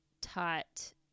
taught